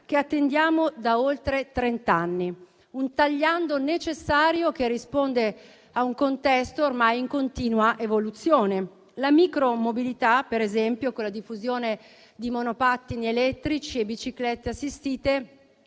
che attendiamo da oltre trent'anni. Un tagliando necessario, che risponde a un contesto ormai in continua evoluzione. La micromobilità, per esempio, con la diffusione di monopattini elettrici e biciclette assistite,